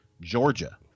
Georgia